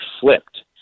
flipped